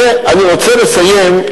ואני רוצה לסיים,